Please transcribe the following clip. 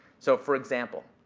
so for example,